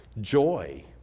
joy